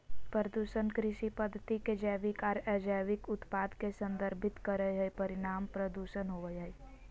प्रदूषण कृषि पद्धति के जैविक आर अजैविक उत्पाद के संदर्भित करई हई, परिणाम प्रदूषण होवई हई